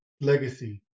Legacy